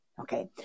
Okay